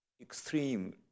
extreme